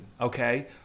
okay